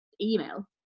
email